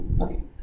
Okay